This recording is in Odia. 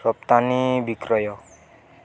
ରପ୍ତାନୀ ବିକ୍ରୟ